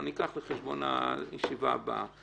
ניקח על חשבון הישיבה הבאה.